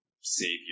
savior